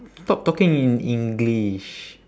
stop talking in english